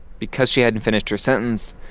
because she hadn't finished her sentence,